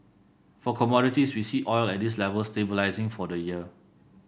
for commodities we see oil at this level stabilising for the year